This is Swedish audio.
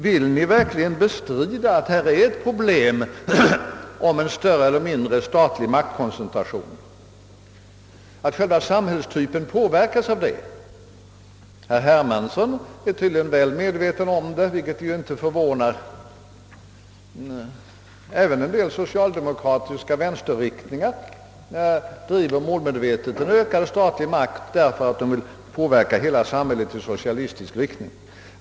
Vill Ni verkligen bestrida att problemet gäller en större eller mindre statlig maktkoncentration och att själva samhällstypen påverkas av det? Herr Hermansson är tydligen väl medveten om det, vilket inte förvånar mig. Även en del socialdemokratiska = vänsterriktningar driver målmedvetet en politik mot ökad statlig makt, därför att de vill påverka hela samhället i socialistisk riktning.